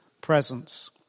presence